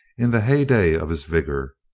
in the hey-dey of his vigor.